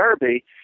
Derby